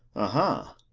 aha!